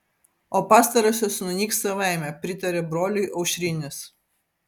o pastarosios nunyks savaime pritarė broliui aušrinis